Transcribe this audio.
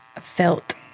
felt